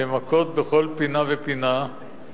שמכות בכל פינה ופינה.